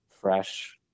fresh